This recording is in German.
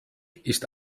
ist